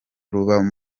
ruba